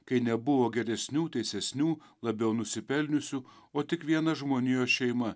kai nebuvo geresnių teisesnių labiau nusipelniusių o tik viena žmonijos šeima